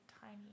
tiny